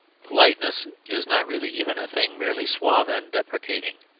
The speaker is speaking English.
politeness is not really even a thing merely suave and deprecating.